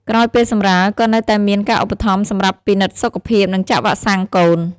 ក្រោយពេលសម្រាល ក៏នៅតែមានការឧបត្ថម្ភសម្រាប់ពិនិត្យសុខភាពនិងចាក់វ៉ាក់សាំងកូន។